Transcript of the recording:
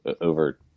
over